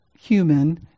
human